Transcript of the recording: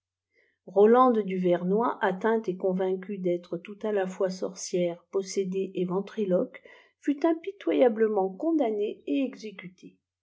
rolande du vernw atteinte et convaincue d'être tout à ta fois sorcière possédée et ventriloque fut impitoyablement condamnée et exécutée